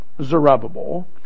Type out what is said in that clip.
Zerubbabel